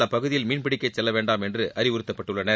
அப்பகுதியில் மீன்பிடிக்க செல்ல வேண்டாம் என்று அறிவுறுத்தப்பட்டுள்ளனர்